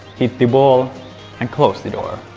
hit the ball and close the door.